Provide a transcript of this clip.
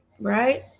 right